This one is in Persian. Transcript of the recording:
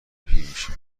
پیرمیشه